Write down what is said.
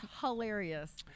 hilarious